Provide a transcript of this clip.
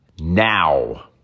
now